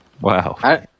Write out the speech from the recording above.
Wow